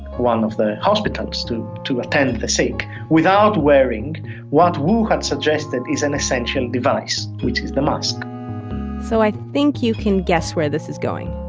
one of the hospitals to to attend the sick without wearing what wu had suggested is an essential device, which is the mask so i think you can guess where this is going,